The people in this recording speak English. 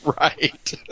Right